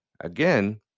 Again